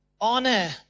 honor